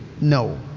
no